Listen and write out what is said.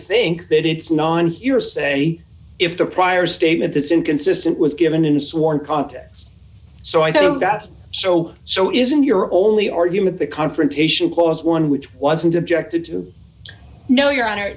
think that it's non hearsay if the prior statement is inconsistent was given in sworn contexts so i don't ask so so isn't your only argument the confrontation clause one which wasn't objected to no your honor